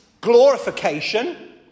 glorification